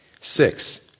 Six